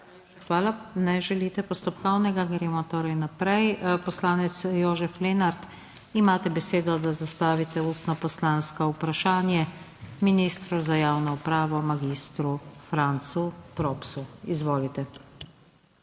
Hvala. Ne želite postopkovnega. Gremo torej naprej. Poslanec Jožef Lenart, imate besedo, da zastavite ustno poslansko vprašanje ministru za javno upravo mag, Francu Propsu, izvolite.